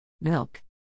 milk